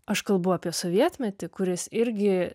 aš kalbu apie sovietmetį kuris irgi